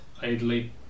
idly